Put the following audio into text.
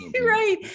right